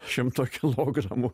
šimto kilogramų